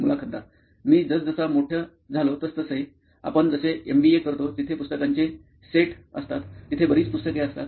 मुलाखतदार मी जसजसा मोठे झालो तसतसे आपण जसे एमबीए करतो तिथे पुस्तकांचे सेट असतात तिथे बरीच पुस्तके असतात